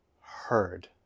heard